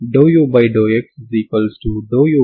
అదేవిధంగా x0 కి మీరు u xt ని వ్రాయండి